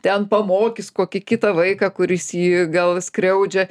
ten pamokys kokį kitą vaiką kuris jį gal skriaudžia